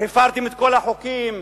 הפרתם את כל החוקים,